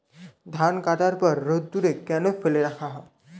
ধান কাটার পর রোদ্দুরে কেন ফেলে রাখা হয়?